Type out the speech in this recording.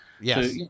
Yes